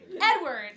Edward